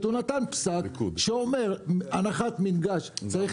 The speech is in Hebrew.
הוא נתן פסק שאומר שהנחת מינגש צריך